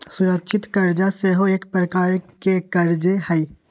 सुरक्षित करजा सेहो एक प्रकार के करजे हइ